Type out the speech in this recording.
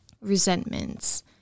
resentments